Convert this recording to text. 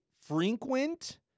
frequent